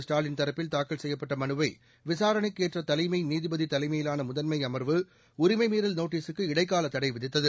ஸ்டாலின் தரப்பில் தாக்கல் செய்யப்பட்ட மனுவை விசாரைணக்கு ஏற்ற தலைமை நீதிபதி தலைமையிலான முதன்மை அமர்வு உரிமை மீறல் நோட்டீசுக்கு இடைக்கால தடை விதித்தது